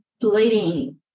bleeding